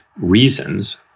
reasons